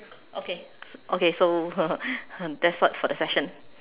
okay okay so that's all for the session